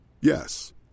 Yes